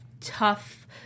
tough